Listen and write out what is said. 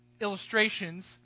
illustrations